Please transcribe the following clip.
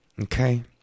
Okay